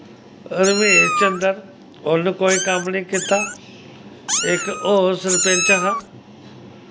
रमेश चन्द्र उन्न कोई कम्म कीता इक होर सरपैंच हा